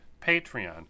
Patreon